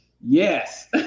Yes